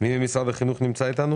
בוקר טוב לכולם.